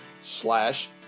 slash